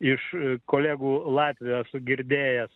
iš kolegų latvių esu girdėjęs